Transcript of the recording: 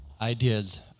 ideas